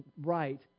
right